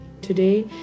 Today